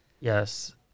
yes